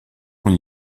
con